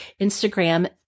Instagram